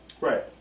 Right